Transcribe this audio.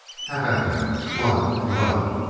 have at them! blood! blood!